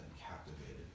captivated